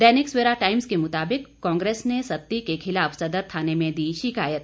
दैनिक Savera Times के मुताबिक कांग्रेस ने सत्ती के खिलाफ सदर थाने में दी शिकायत